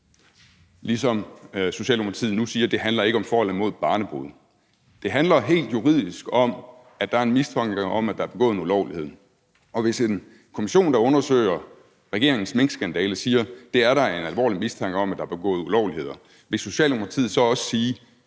ligesom Socialdemokratiet nu siger, at det ikke handler om at være for eller imod barnebrude. Det handler helt juridisk om, at der er en mistanke om, at der er begået en ulovlighed. Og hvis en kommission, der undersøger regeringens minkskandale, siger, at der er en alvorlig mistanke om, at der er begået ulovligheder, vil Socialdemokratiet så også sige: